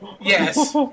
Yes